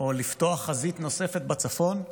או לפתוח חזית נוספת בצפון.